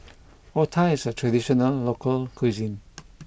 Otah is a traditional local cuisine